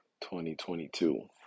2022